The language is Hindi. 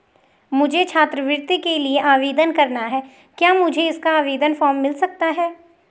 मुझे छात्रवृत्ति के लिए आवेदन करना है क्या मुझे इसका आवेदन फॉर्म मिल सकता है?